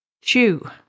Chew